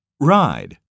Ride